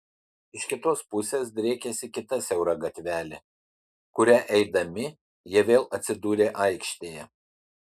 iš kitos pusės driekėsi kita siaura gatvelė kuria eidami jie vėl atsidūrė aikštėje